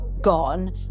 gone